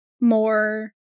more